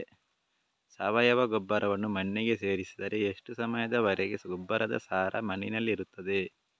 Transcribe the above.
ಸಾವಯವ ಗೊಬ್ಬರವನ್ನು ಮಣ್ಣಿಗೆ ಸೇರಿಸಿದರೆ ಎಷ್ಟು ಸಮಯದ ವರೆಗೆ ಗೊಬ್ಬರದ ಸಾರ ಮಣ್ಣಿನಲ್ಲಿ ಇರುತ್ತದೆ?